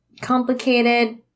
complicated